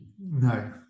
No